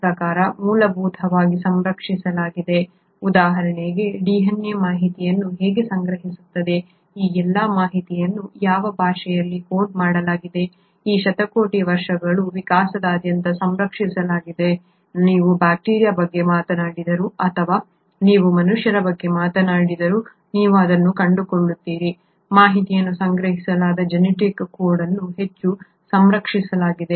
ನನ್ನ ಪ್ರಕಾರ ಮೂಲಭೂತವಾಗಿ ಸಂರಕ್ಷಿಸಲಾಗಿದೆ ಉದಾಹರಣೆಗೆ DNA ಮಾಹಿತಿಯನ್ನು ಹೇಗೆ ಸಂಗ್ರಹಿಸುತ್ತದೆ ಈ ಎಲ್ಲಾ ಮಾಹಿತಿಯನ್ನು ಯಾವ ಭಾಷೆಯಲ್ಲಿ ಕೋಡ್ ಮಾಡಲಾಗಿದೆ ಈ ಶತಕೋಟಿ ವರ್ಷಗಳ ವಿಕಾಸದಾದ್ಯಂತ ಸಂರಕ್ಷಿಸಲಾಗಿದೆ ನೀವು ಬ್ಯಾಕ್ಟೀರಿಯಾದ ಬಗ್ಗೆ ಮಾತನಾಡಿದರೂ ಅಥವಾ ನೀವು ಮನುಷ್ಯರ ಬಗ್ಗೆ ಮಾತನಾಡಿದರೂ ನೀವು ಅದನ್ನು ಕಂಡುಕೊಳ್ಳುತ್ತೀರಿ ಮಾಹಿತಿಯನ್ನು ಸಂಗ್ರಹಿಸಲಾದ ಜೆನೆಟಿಕ್ ಕೋಡ್ ಅನ್ನು ಹೆಚ್ಚು ಸಂರಕ್ಷಿಸಲಾಗಿದೆ